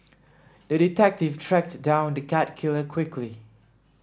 the detective tracked down the cat killer quickly